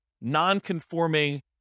non-conforming